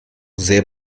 sehr